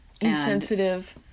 Insensitive